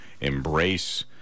embrace